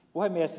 puhemies